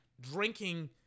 drinking